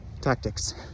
tactics